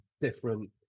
Different